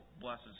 blesses